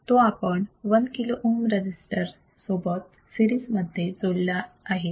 तो आपण one kilo ohm resistor resistor सोबत सीरिजमध्ये जोडलेला आहे